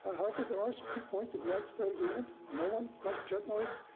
however, there are some few points of widespread agreement. no one likes jet noise.